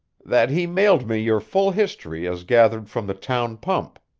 that he mailed me your full history as gathered from the town pump.